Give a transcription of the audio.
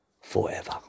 forever